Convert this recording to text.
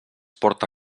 porta